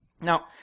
Now